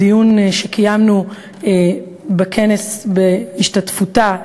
בדיון שקיימנו בכנס בהשתתפותה,